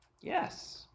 Yes